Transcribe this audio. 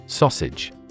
Sausage